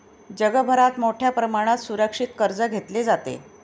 जगभरात मोठ्या प्रमाणात सुरक्षित कर्ज घेतले जाते